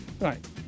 Right